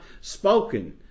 spoken